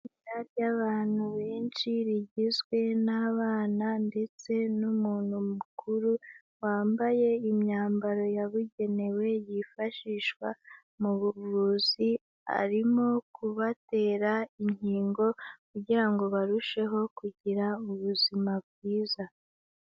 Itsinda ry'abantu benshi rigizwe n'abana ndetseumuntu mukuru, wambaye imyambaro yabugenewe yifashishwa mu buvuzi, arimo kubatera inkingo kugira ngo barusheho kugira ubuzima bwiza.